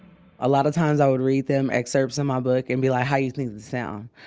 a lot of times i would read them excerpts of my book and be like, how you think the sound,